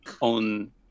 on